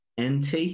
NT